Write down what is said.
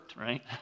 right